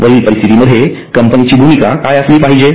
वरील परिस्थितीमध्ये कंपनीची भूमिका काय असली पाहिजे